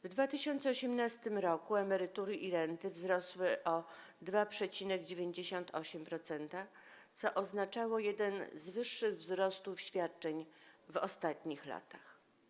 W 2018 r. emerytury i renty wzrosły o 2,98%, co oznaczało jeden z wyższych wzrostów świadczeń w ostatnich latach.